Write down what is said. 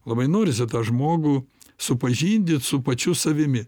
labai norisi tą žmogų supažindint su pačiu savimi